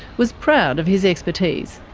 was proud of his expertise.